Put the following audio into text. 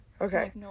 Okay